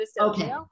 Okay